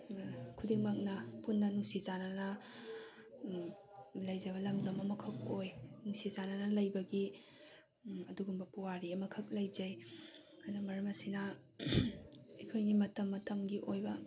ꯈꯨꯗꯤꯡꯃꯛꯅ ꯄꯨꯟꯅ ꯅꯨꯡꯁꯤ ꯆꯥꯟꯅꯅ ꯂꯩꯖꯕ ꯂꯝꯗꯝ ꯑꯃꯈꯛ ꯑꯣꯏ ꯅꯨꯡꯁꯤ ꯆꯥꯟꯅꯅ ꯂꯩꯕꯒꯤ ꯑꯗꯨꯒꯨꯝꯕ ꯄꯨꯋꯥꯔꯤ ꯑꯃꯈꯛ ꯂꯩꯖꯩ ꯑꯗꯨꯅ ꯃꯔꯝ ꯑꯁꯤꯅ ꯑꯩꯈꯣꯏꯒꯤ ꯃꯇꯝ ꯃꯇꯝꯒꯤ ꯑꯣꯏꯕ